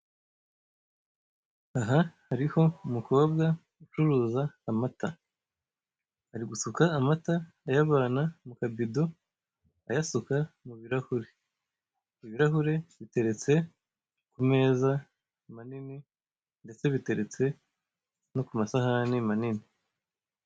Aha hariho umukobwa ucuruza amata. Ari gusuka amata, ayavana mu kavido, ayasuka mu birahure. Ibirahure biteretse ku meza manini, ndetse biteretse no ku masahani manini.